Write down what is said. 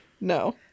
No